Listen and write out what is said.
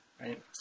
right